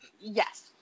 yes